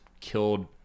killed